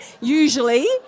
usually